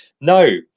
no